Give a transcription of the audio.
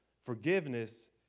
Forgiveness